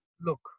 look